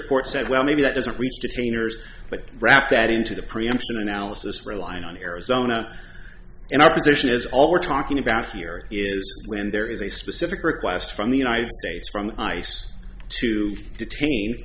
court said well maybe that isn't weeks to ten years but wrap that into the preemption analysis relying on arizona and our position is all we're talking about here is when there is a specific request from the united states from ice to detain